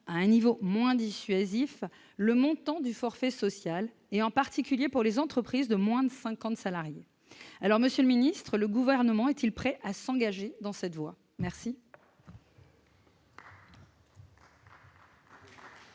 à un niveau moins dissuasif le montant du forfait social, en particulier pour les entreprises de moins de 50 salariés. Monsieur le secrétaire d'État, le Gouvernement est-il prêt à s'engager dans cette voie ? La